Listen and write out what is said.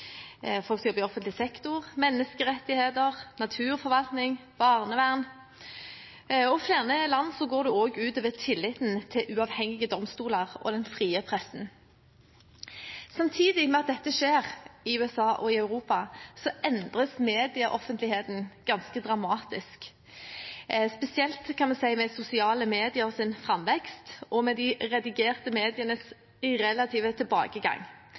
folk som jobber i offentlig sektor, menneskerettigheter, naturforvaltning og barnevern. I flere land går det også ut over tilliten til uavhengige domstoler og den frie pressen. Samtidig med at dette skjer i USA og Europa, endres medieoffentligheten ganske dramatisk, spesielt kan vi se det med de sosiale medienes framvekst og med de redigerte medienes relative tilbakegang.